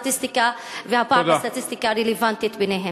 שהסטטיסטיקה והפער ביניהם רלוונטיים להם.